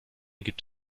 gibt